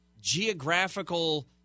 geographical